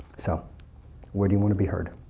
so where do you want to be heard?